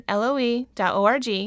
loe.org